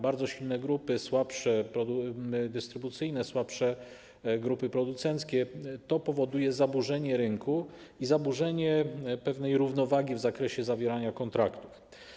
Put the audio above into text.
Bardzo silne grupy, słabsze grupy dystrybucyjne, słabsze grupy producenckie - to powoduje zaburzenie rynku i zaburzenie pewnej równowagi w zakresie zawierania kontraktów.